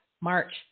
March